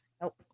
Nope